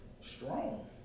strong